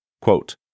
Quote